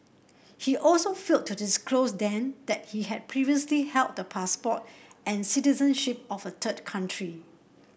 he also failed to disclose then that he had previously held the passport and citizenship of a third country